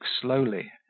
slowly